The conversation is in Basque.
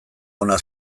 ona